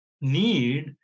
need